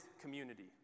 community